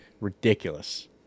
Ridiculous